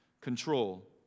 control